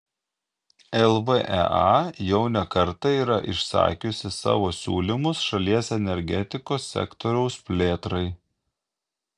lvea jau ne kartą yra išsakiusi savo siūlymus šalies energetikos sektoriaus plėtrai